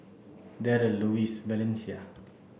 Darryle Lois Valencia